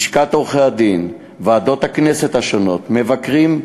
לשכת עורכי-הדין, ועדות הכנסת, מבקרים,